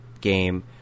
game